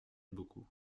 beaucoup